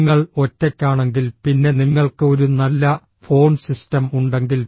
നിങ്ങൾ ഒറ്റയ്ക്കാണെങ്കിൽ പിന്നെ നിങ്ങൾക്ക് ഒരു നല്ല ഫോൺ സിസ്റ്റം ഉണ്ടെങ്കിൽ